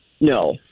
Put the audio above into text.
No